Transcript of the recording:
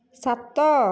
ସାତ